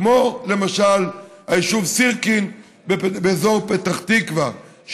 כמו למשל היישוב סירקין באזור פתח תקווה,